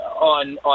on